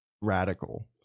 radical